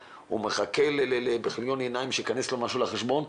ומחכה בכליון עיניים שיכנס לו משהו לחשבון,